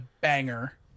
banger